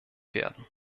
werden